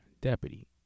deputy